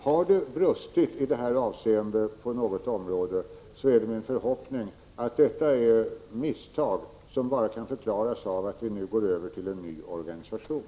Har det brustit i detta avseende på något område är det min förhoppning att detta är misstag som bara kan förklaras av att vi nu går in i en ny organisation.